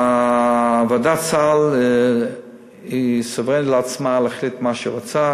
ועדת הסל היא סוברנית לעצמה, להחליט מה שהיא רוצה.